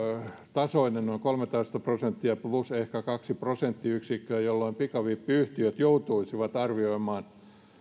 tasoinen noin kolmetoista prosenttia plus ehkä kaksi prosenttiyksikköä jolloin pikavippiyhtiöt joutuisivat arvioimaan